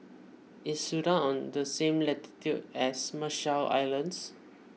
is Sudan on the same latitude as Marshall Islands